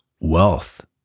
Wealth